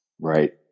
Right